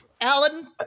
Alan